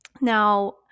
Now